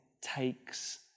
takes